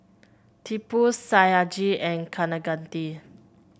Tipu Satyajit and Kaneganti